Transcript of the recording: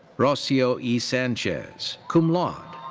rocio e. sanchez, cum laude.